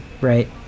right